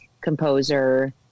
composer